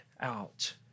out